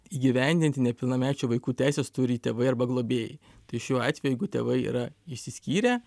įgyvendinti nepilnamečių vaikų teises turi tėvai arba globėjai tai šiuo atveju jeigu tėvai yra išsiskyrę